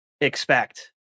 expect